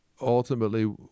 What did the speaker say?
ultimately